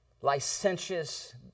licentious